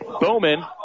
Bowman